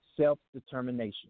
self-determination